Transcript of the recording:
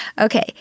Okay